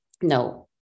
No